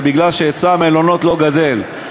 וזה כי היצע המלונות לא גדל.